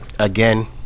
Again